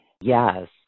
Yes